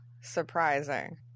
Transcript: surprising